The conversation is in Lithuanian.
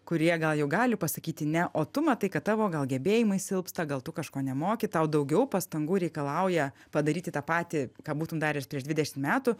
kurie gal jau gali pasakyti ne o tu matai kad tavo gal gebėjimai silpsta gal tu kažko nemoki tau daugiau pastangų reikalauja padaryti tą patį ką būtum daręs prieš dvidešimt metų